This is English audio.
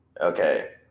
Okay